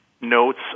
notes